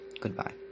Goodbye